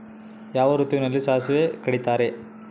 ಯಾವ ಋತುವಿನಲ್ಲಿ ಸಾಸಿವೆ ಕಡಿತಾರೆ?